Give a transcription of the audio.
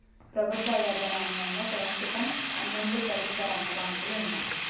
ప్రభుత్వ యాజమాన్యంలో ప్రస్తుతం పన్నెండు ప్రభుత్వ రంగ బ్యాంకులు వున్నయ్